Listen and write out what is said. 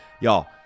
y'all